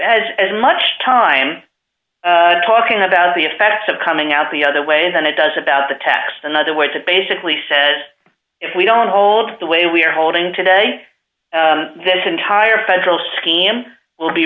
as as much time talking about the effects of coming out the other way than it does about the test another way to basically says if we don't hold the way we are holding today this entire federal